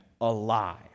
alive